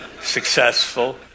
successful